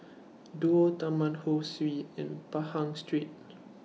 Duo Taman Ho Swee and Pahang Street